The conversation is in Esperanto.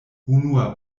unua